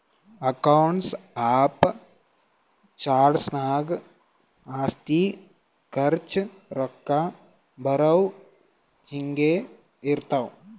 accounts of charts ನಾಗ್ ಆಸ್ತಿ, ಖರ್ಚ, ರೊಕ್ಕಾ ಬರವು, ಹಿಂಗೆ ಇರ್ತಾವ್